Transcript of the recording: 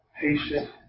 patient